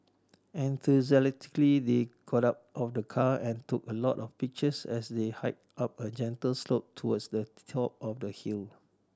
enthusiastically they got up of the car and took a lot of pictures as they hiked up a gentle slope towards the top of the hill